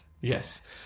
Yes